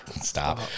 stop